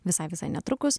visai visai netrukus